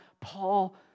Paul